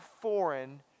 foreign